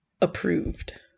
approved